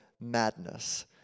madness